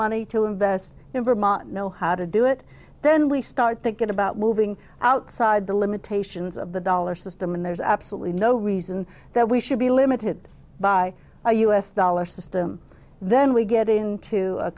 money to invest in vermont know how to do it then we start thinking about moving outside the limitations of the dollar system and there's absolutely no reason that we should be limited by our u s dollar system then we get into a